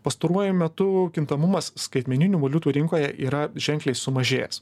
pastaruoju metu kintamumas skaitmeninių valiutų rinkoje yra ženkliai sumažėjęs